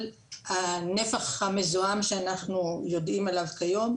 הנפח המזוהם שאנחנו יודעים עליו כיום,